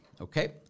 Okay